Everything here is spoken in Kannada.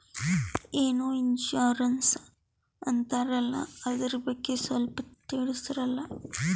ಏನೋ ಇನ್ಸೂರೆನ್ಸ್ ಅಂತಾರಲ್ಲ, ಅದರ ಬಗ್ಗೆ ಸ್ವಲ್ಪ ತಿಳಿಸರಲಾ?